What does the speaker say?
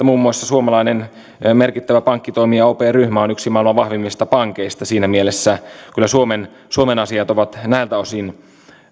muun muassa suomalainen merkittävä pankkitoimija op ryhmä on yksi maailman vahvimmista pankeista siinä mielessä kyllä suomen suomen asiat ovat näiltä osin